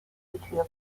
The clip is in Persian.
یوتوب